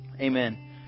Amen